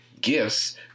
gifts